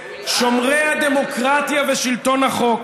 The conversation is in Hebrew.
בעד החוק.